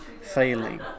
failing